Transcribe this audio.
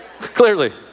clearly